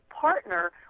partner